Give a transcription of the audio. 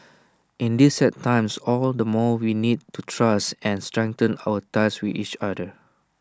in these sad times all the more we need to trust and strengthen our ties with each other